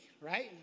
right